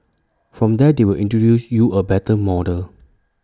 from there they will introduce you A better model